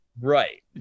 Right